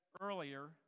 earlier